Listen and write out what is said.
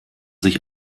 sich